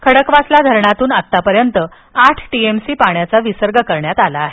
खडकवासला धरणातून आतापर्यंत आठ टीएमसी पाण्याचा विसर्ग करण्यात आला आहे